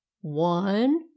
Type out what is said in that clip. one